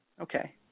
Okay